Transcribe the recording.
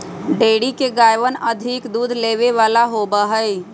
dairy के गायवन अधिक दूध देवे वाला होबा हई